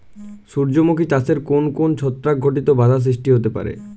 সূর্যমুখী চাষে কোন কোন ছত্রাক ঘটিত বাধা সৃষ্টি হতে পারে?